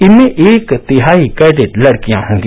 इनमें एक तिहाई कैडेट लडकियां होंगी